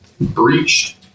breached